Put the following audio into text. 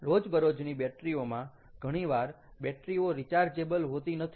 રોજબરોજની બેટરી ઓમાં ઘણીવાર બેટરી ઓ રિચાર્જેબલ હોતી નથી